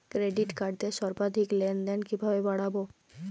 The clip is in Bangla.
ক্রেডিট কার্ডের সর্বাধিক লেনদেন কিভাবে বাড়াবো?